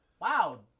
Wow